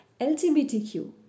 LGBTQ